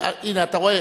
הנה, אתה רואה?